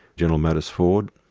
general motors ford,